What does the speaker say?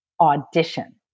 audition